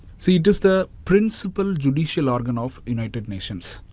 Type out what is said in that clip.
see, it is the principle judicial organ of united nations.